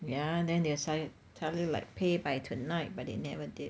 yeah and then say tell you like pay by tonight but they never did